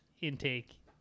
intake